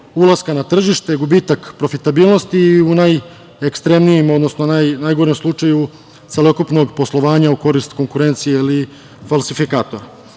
ulaska na tržište, gubitak profitabilnosti u najekstremnijim, odnosno najgorem slučaju celokupnog poslovanja u korist konkurencije ili falsifikatora. Tvorac